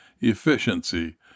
efficiency